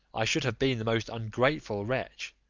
i should have been the most ungrateful wretch,